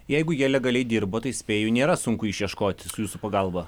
jeigu jie legaliai dirbo tai spėju nėra sunku išieškoti su jūsų pagalba